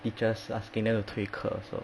teachers asking them to 退课 also